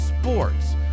sports